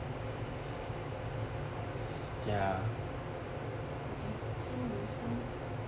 okay so 女生